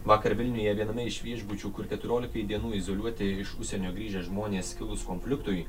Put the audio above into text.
vakar vilniuje viename iš viešbučių kur keturiolikai dienų izoliuoti iš užsienio grįžę žmonės kilus konfliktui